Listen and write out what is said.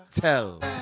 Tell